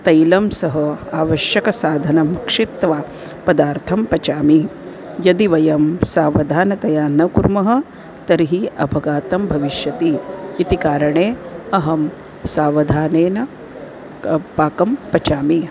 तैलेन सह आवश्यकसाधनं क्षिप्त्वा पदार्थं पचामि यदि वयं सावधानतया न कुर्मः तर्हि अवगतं भविष्यति इति कारणे अहं सावधानेन पाकं पचामि